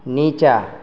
नीचाँ